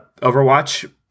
Overwatch